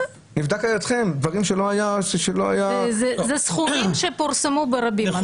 דברים שלא היה -- זה סכומים שניתנו ברבים.